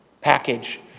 package